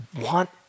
want